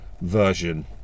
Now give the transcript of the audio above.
version